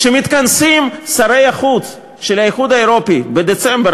כשמתכנסים שרי החוץ של האיחוד האירופי בדצמבר,